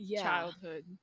childhood